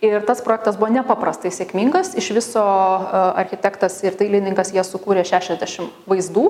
ir tas projektas buvo nepaprastai sėkmingas iš viso architektas ir dailininkas jie sukūrė šešiasdešim vaizdų